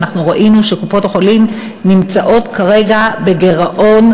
ואנחנו ראינו שקופות-החולים נמצאות כרגע בגירעון